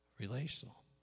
relational